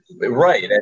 Right